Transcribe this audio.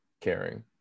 caring